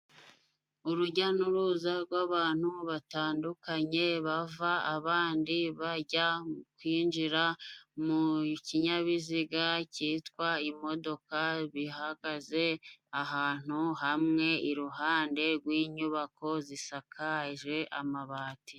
Urujya n'uruza rw'abantu batandukanye bava abandi bajya kwinjira mu kinyabiziga cyitwa imodoka bihagaze ahantu hamwe iruhande rw'inyubako zisakaje amabati.